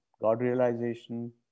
God-realization